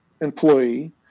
employee